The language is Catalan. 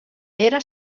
era